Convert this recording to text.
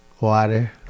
Water